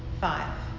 Five